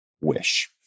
wish